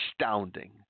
astounding